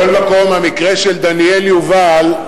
מכל מקום, המקרה של דניאל יובל,